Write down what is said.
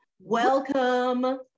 Welcome